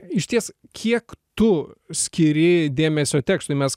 išties kiek tu skiri dėmesio tekstui mes